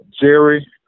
Jerry